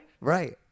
right